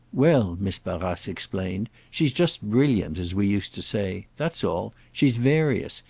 well, miss barrace explained, she's just brilliant, as we used to say. that's all. she's various.